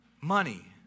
Money